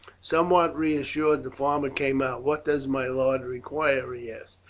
somewhat reassured, the farmer came out. what does my lord require? he asked,